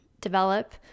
develop